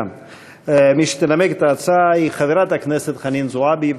מי שתנמק את ההצעה היא חברת הכנסת חנין זועבי.